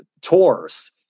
tours